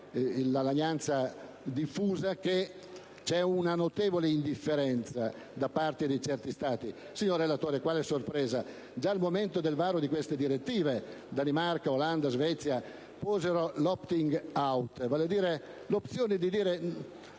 una lagnanza diffusa sul fatto che c'è una notevole indifferenza da parte di certi Stati. Signor relatore, quale sorpresa? Già al momento del varo di queste direttive, Danimarca, Olanda e Svezia posero l'*opting out*, vale a dire l'opzione del